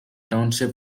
township